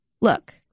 look